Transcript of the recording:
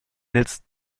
needs